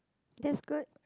that's good